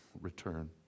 return